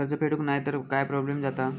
कर्ज फेडूक नाय तर काय प्रोब्लेम जाता?